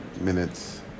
minutes